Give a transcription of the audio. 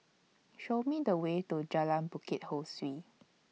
Show Me The Way to Jalan Bukit Ho Swee